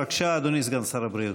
בבקשה, אדוני סגן שר הבריאות.